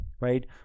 right